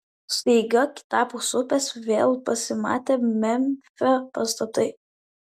staiga kitapus upės vėl pasimatė memfio pastatai